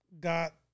got